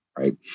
right